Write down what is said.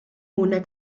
una